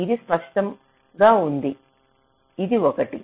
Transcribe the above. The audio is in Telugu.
ఇది స్పష్టంగా ఉంది ఇది ఒకటి